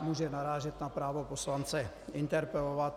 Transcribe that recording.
může narážet na právo poslance interpelovat.